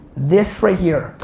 this right here,